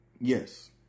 Yes